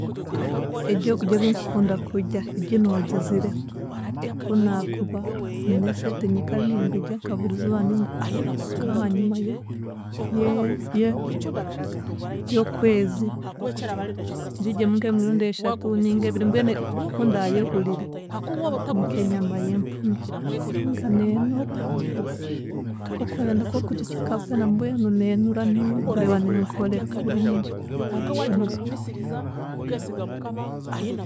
Eryokudya binkukuda kudya eryinoogizire ku naakuba nyine esente nkabire nimbidya nka buriizooba ninga nk'ahaanyima ye- ye- ye- y'okwezi ngidyemu nk'emirundi eshatu ninga ebiri mbwenu okundaayehurire ni nk'enyama y'empunu konka ka neenura, k'okwenda nk'okugiteeka bwena mbwenu neenura niyo nkureeba nenkorera kurungi, enuzire.